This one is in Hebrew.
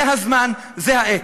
זה הזמן, זו העת.